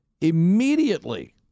immediately